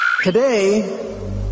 today